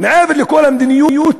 מעבר לכל המדיניות